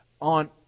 on